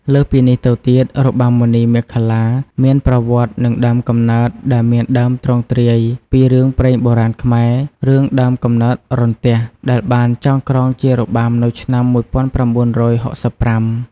លើសពីនេះទៅទៀតរបាំមុនីមាឃលាមានប្រវត្តិ និងដើមកំណើតដែលមានដើមទ្រង់ទ្រាយពីរឿងព្រេងបុរាណខ្មែរ "រឿងដើមកំណើតរន្ទះ" ដែលបានចងក្រងជារបាំនៅឆ្នាំ ១៩៦៥។